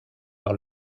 par